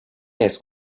jest